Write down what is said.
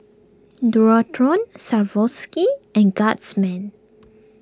Dualtron Swarovski and Guardsman